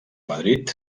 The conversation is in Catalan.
madrid